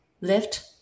lift